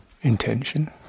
intention